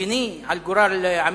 מדיני על גורל עמים?